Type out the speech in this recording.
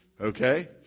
Okay